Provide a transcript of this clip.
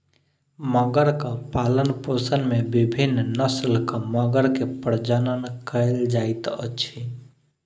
मगरक पालनपोषण में विभिन्न नस्लक मगर के प्रजनन कयल जाइत अछि